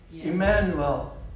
Emmanuel